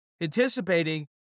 anticipating